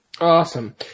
Awesome